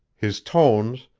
his tones,